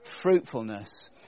fruitfulness